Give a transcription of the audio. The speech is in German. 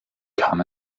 kam